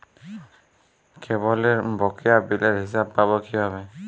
কেবলের বকেয়া বিলের হিসাব পাব কিভাবে?